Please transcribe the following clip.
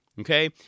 okay